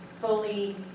fully